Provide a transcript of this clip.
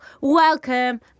Welcome